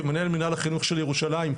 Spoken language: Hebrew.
כמנהל מינהל החינוך של ירושלים,